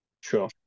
Sure